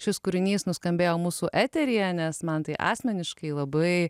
šis kūrinys nuskambėjo mūsų eteryje nes man tai asmeniškai labai